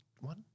one